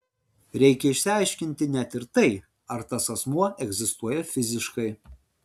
reikia išsiaiškinti net ir tai ar tas asmuo egzistuoja fiziškai